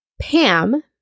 Pam